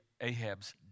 Ahab's